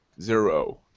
Zero